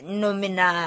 numina